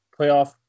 playoff